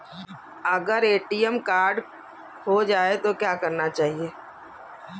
अगर ATM card खो जाए तो क्या करना चाहिए?